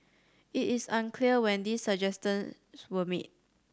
it is unclear when these suggestions were made